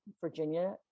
virginia